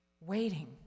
Waiting